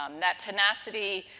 um that tenacity,